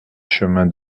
chemin